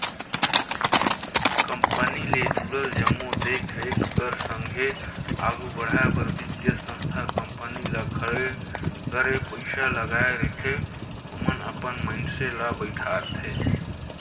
company ले जुड़ल जम्मो देख रेख कर संघे आघु बढ़ाए बर बित्तीय संस्था कंपनी ल खड़े करे पइसा लगाए रहिथे ओमन अपन मइनसे ल बइठारथे